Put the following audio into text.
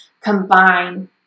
combine